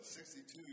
62